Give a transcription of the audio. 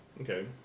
Okay